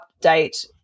update